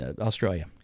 Australia